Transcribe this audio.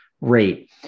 Rate